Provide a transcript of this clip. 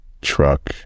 truck